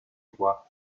roi